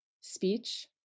speech